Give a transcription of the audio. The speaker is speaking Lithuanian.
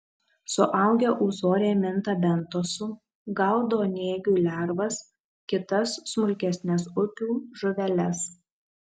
suaugę ūsoriai minta bentosu gaudo nėgių lervas kitas smulkesnes upių žuveles